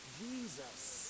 Jesus